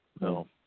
No